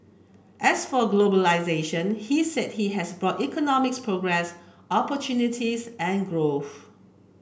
as for globalisation he said he has brought economic progress opportunities and growth